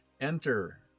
Enter